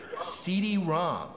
CD-ROM